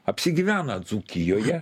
apsigyvena dzūkijoje